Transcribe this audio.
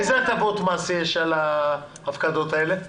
איזה הטבות מס יש על ההפקדות האלה?